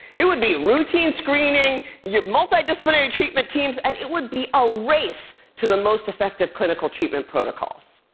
it would be routine screening, yeah multi-disciplinary treatment teams, and it would be a race to the most effective clinical treatment protocols.